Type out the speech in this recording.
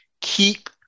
Keep